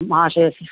माहाशयस्य